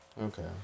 Okay